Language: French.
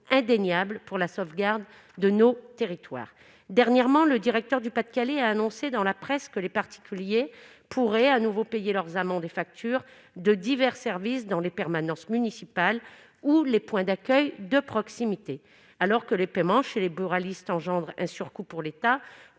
indéniable pour la sauvegarde de nos territoires, dernièrement, le directeur du Pas-de-Calais a annoncé dans la presse que les particuliers pourraient à nouveau payer leurs amendes et factures de divers services dans les permanences municipales ou les points d'accueil de proximité alors que les paiements chez les buralistes engendre un surcoût pour l'État,